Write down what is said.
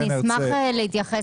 אני אשמח להתייחס.